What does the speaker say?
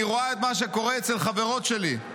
אני רואה את מה שקורה אצל חברות שלי.